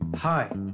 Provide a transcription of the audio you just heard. Hi